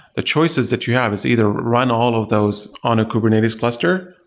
the choices that you have is either run all of those on a kubernetes cluster,